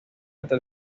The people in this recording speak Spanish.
hasta